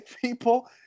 People